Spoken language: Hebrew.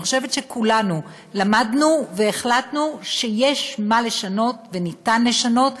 אני חושבת שכולנו למדנו והחלטנו שיש מה לשנות וניתן לשנות,